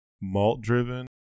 malt-driven